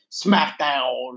Smackdown